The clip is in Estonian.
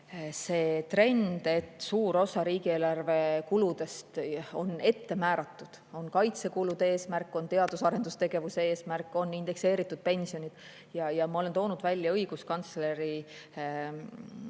see trend, et suur osa riigieelarve kuludest on ette määratud – on kaitsekulude eesmärk, on teadus‑ ja arendustegevuse eesmärk, on indekseeritud pensionid –, [ei ole õige]. Ma olen toonud välja õiguskantsleri